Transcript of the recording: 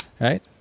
right